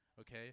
okay